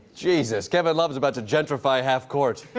jesus. kevin love is about to gentrify half court.